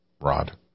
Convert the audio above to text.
Rod